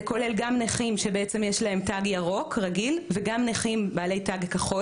כולל גם נכים שיש להם תג ירוק רגיל וגם נכים בעלי תג כחול,